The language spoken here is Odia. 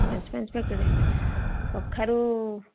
ପାଞ୍ଚ ପାଞ୍ଚ ପ୍ୟାକେଟ୍ କଖାରୁ